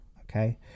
okay